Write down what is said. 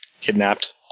kidnapped